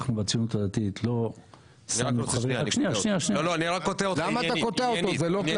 אנחנו רצינו --- אני רק קוטע אותך -- חבר